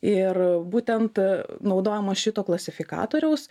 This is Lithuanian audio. ir būtent naudojimas šito klasifikatoriaus